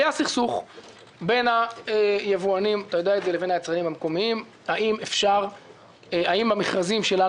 היה סכסוך בין היבואנים לבין היצרנים המקומיים האם במכרזים שלנו